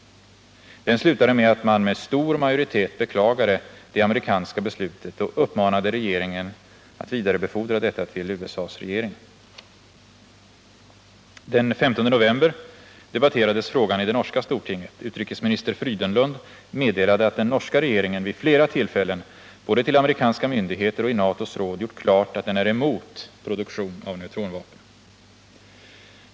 Den slutade med att man med stor majoritet beklagade det amerikanska beslutet och uppmanade regeringen att vidarebefordra detta beklagande till USA:s regering. Den 15 november debatterades frågan i det norska stortinget. Utrikesminister Frydenlund meddelade, att den norska regeringen vid flera tillfällen både till amerikanska myndigheter och i NATO:s råd gjort klart att den är emot produktion av neutronvapen.